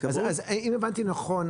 אז אם הבנתי נכון,